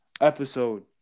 episode